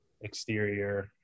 exterior